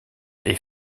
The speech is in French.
est